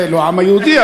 לא העם היהודי,